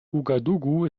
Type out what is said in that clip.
ouagadougou